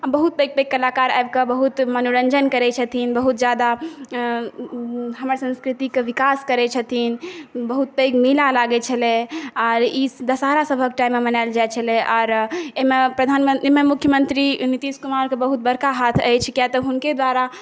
बहुत पैघ पैघ कलाकार आबिकऽ बहुत मनोरञ्जन करै छथिन बहुत ज्यादा हमर संस्कृतिके विकास करै छथिन बहुत पैघ मेला लागै छलै आओर ई दशहरा सबके टाइममे मनाएल जाइ छलै आओर एहिमे प्रधानमन्त्री मुख्यमन्त्री नितीश कुमारके बहुत बड़का हाथ अछि किएक तऽ हुनके द्वारा